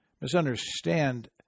misunderstand